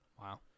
Wow